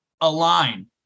align